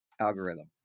algorithm